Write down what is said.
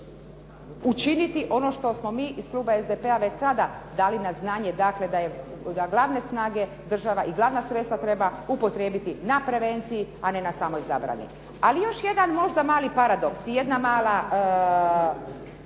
učiniti ono što smo mi iz kluba SDP-a već tada dali na znanje. Dakle, da glavne snage država i glavna sredstva treba upotrijebiti na prevenciji a ne na samoj zabrani. Ali još jedan možda mali paradoks i jedna mala